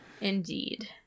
Indeed